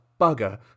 Bugger